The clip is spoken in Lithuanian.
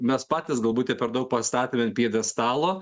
mes patys galbūt ją per daug pastatėm ant pjedestalo